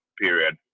period